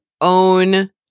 own